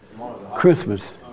Christmas